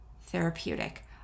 therapeutic